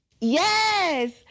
Yes